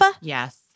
Yes